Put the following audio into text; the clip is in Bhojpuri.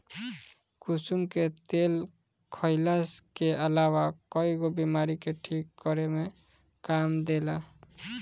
कुसुम के तेल खाईला के अलावा कईगो बीमारी के ठीक करे में काम देला